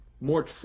more –